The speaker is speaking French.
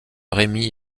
rémi